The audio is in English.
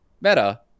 meta